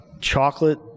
chocolate